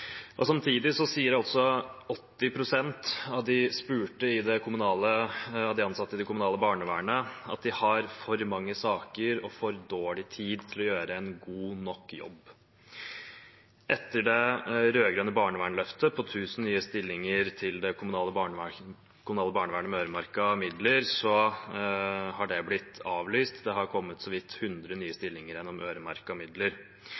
foregår. Samtidig sier 80 pst. av de ansatte i det kommunale barnevernet at de har for mange saker og for dårlig tid til å gjøre en god nok jobb. Etter det rød-grønne barnevernsløftet på 1 000 nye stillinger til det kommunale barnevernet med øremerkede midler har det blitt avlyst. Det har kommet så vidt 100 nye stillinger gjennom øremerkede midler.